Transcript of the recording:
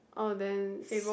oh then